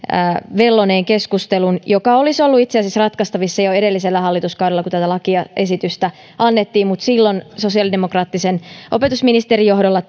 velloneen keskustelun joka olisi ollut itse asiassa ratkaistavissa jo edellisellä hallituskaudella kun tätä lakiesitystä annettiin mutta silloin sosiaalidemokraattisen opetusministerin johdolla